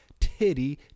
titty